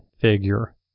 figure